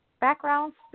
backgrounds